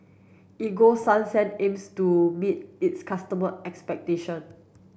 Ego Sunsense aims to meet its customer expectation